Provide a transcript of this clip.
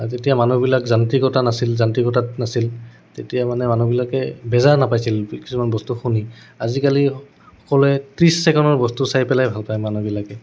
যেতিয়া মানুহবিলাক যান্ত্ৰিকতা নাছিল যান্ত্ৰিকতাতো নাছিল তেতিয়া মানে মানুহবিলাকে বেজাৰ নাপাইছিল কিছুমান বস্তু শুনি আজিকালি সকলোৱে ত্ৰিছ ছেকেণ্ডৰ বস্তু চাই পেলাই ভাল পায় মানুহবিলাকে